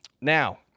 Now